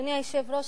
אדוני היושב-ראש,